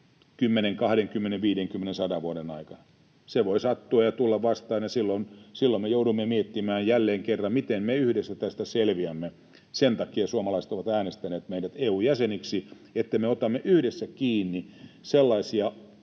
sadan vuoden aikana. Se voi sattua ja tulla vastaan, ja silloin me joudumme miettimään jälleen kerran, miten me yhdessä tästä selviämme. Sen takia suomalaiset ovat äänestäneet meidät EU:n jäseniksi, että me otamme yhdessä kiinni sellaisia